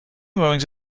moorings